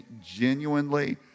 genuinely